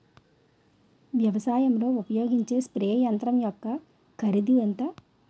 వ్యవసాయం లో ఉపయోగించే స్ప్రే యంత్రం యెక్క కరిదు ఎంత?